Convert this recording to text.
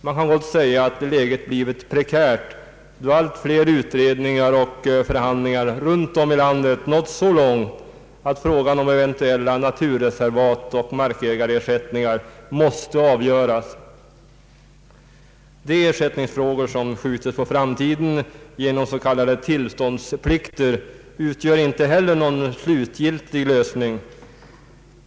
Man kan gott säga att läget blivit prekärt då allt fler utredningar och förhandlingar runt om i landet nått så långt att frågan om eventuella naturreservat och markägarersättningar måste avgöras. De ersättningsfrågor som skjutits på framtiden genom s.k. tillståndsplikter utgör inte heller någon slutgiltig lösning.